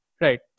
Right